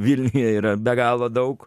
vilniuje yra be galo daug